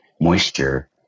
moisture